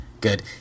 good